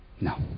No